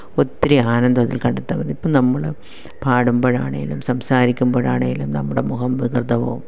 ഒത്തിരി ആനന്ദം അതിൽ കണ്ടെത്താൻ പറ്റുന്നു ഇപ്പോൾ നമ്മൾ പാടുമ്പോഴാണെങ്കിലും സംസാരിക്കുമ്പോഴാണെങ്കിലും നമ്മുടെ മുഖം വികൃതവും